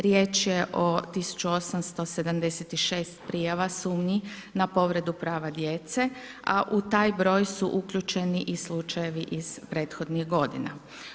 Riječ je o 1876 prijava sumnji na povredu prava djece, a u taj broj su uključeni i slučajevi iz prethodnih godina.